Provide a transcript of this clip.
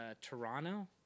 Toronto